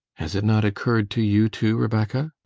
has it not occurred to you too, rebecca?